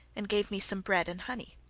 and gave me some bread and honey.